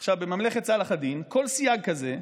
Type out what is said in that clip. עכשיו, בממלכת צלאח א-דין, כל סייג כזה,